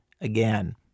again